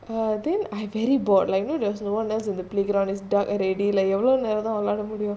err then I very bored like you know there was no one else in the playground is dark already like எவ்ளோநேரம்தான்முடியும்:evlo neramthan mudium